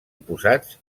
oposats